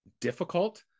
difficult